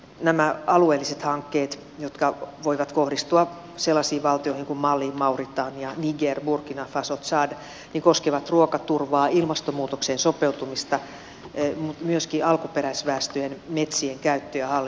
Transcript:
nämä alueelliset hankkeet jotka voivat kohdistua sellaisiin valtioihin kuin mali mauritania niger burkina faso tsad koskevat ruokaturvaa ilmastonmuutokseen sopeutumista mutta myöskin alkuperäisväestöjen metsien käyttö ja hallintaoikeuksia